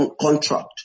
contract